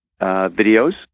videos